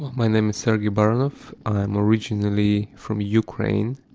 my name is sergey baranov, i am originally from ukraine.